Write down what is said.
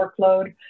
workload